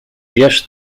wiesz